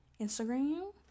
instagram